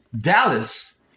Dallas